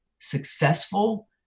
successful